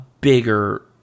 bigger